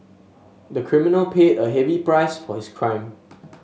the criminal paid a heavy price for his crime